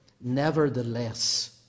Nevertheless